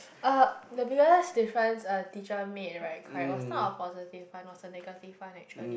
uh the biggest difference a teacher made right correct was not a positive one was a negative one actually